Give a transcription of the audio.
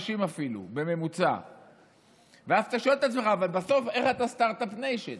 אפילו 150. אבל אז אתה שואל את עצמך: בסוף איך אתה סטרטאפ ניישן?